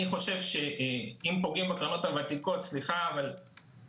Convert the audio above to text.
אני חושב שאם פוגעים בקרנות הוותיקות היה נכון